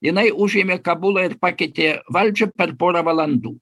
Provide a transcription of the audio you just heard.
jinai užėmė kabulą ir pakeitė valdžią per porą valandų